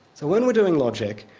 so when we're doing logic,